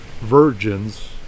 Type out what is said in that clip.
virgins